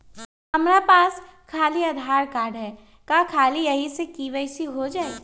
हमरा पास खाली आधार कार्ड है, का ख़ाली यही से के.वाई.सी हो जाइ?